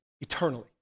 eternally